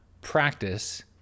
practice